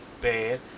bad